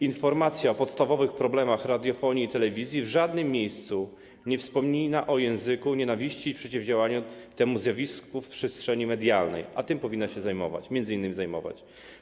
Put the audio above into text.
Informacja o podstawowych problemach radiofonii i telewizji w żadnym miejscu nie wspomina o języku nienawiści i przeciwdziałaniu temu zjawisku w przestrzeni medialnej, a tym powinna się m.in. zajmować.